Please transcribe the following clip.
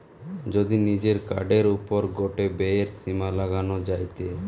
যদি নিজের কার্ডের ওপর গটে ব্যয়ের সীমা লাগানো যায়টে